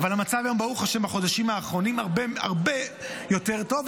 אבל המצב היום ברוך ה' בחודשים האחרונים הרבה יותר טוב,